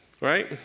Right